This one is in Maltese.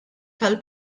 tal